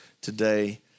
today